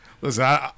listen